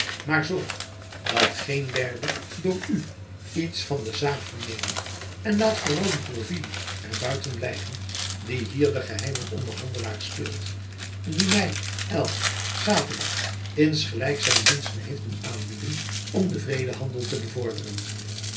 maar zorg dat geen derde door u iets van de zaak verneme en laat vooral die gourville er buiten blijven die hier den geheimen onderhandelaar speelt en my aturdag insgelijks zijn diensten heeft doen aanbieden om den vredehandel te bevorderen